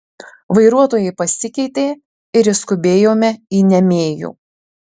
vairuotojai pasikeitė ir išskubėjome į niamėjų